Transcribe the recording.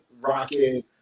rocking